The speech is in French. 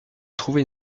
trouver